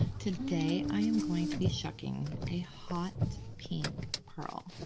today, i am going to be shucking a hot pink pearl.